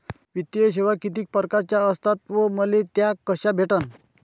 वित्तीय सेवा कितीक परकारच्या असतात व मले त्या कशा भेटन?